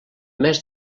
més